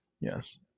Yes